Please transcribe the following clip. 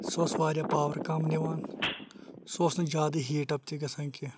سُہ اوس واریاہ پاوَر کَم نِوان سُہ اوس نہٕ زیادٕ ہیٖٹ اَپ تہِ گژھان کینٛہہ